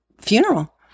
funeral